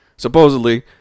Supposedly